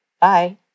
Bye